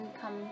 come